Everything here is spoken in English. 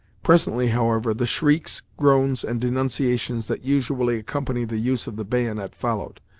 presently, however, the shrieks, groans, and denunciations that usually accompany the use of the bayonet followed.